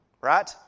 Right